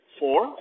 four